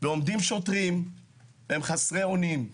ועומדים שוטרים והם חסרי אונים.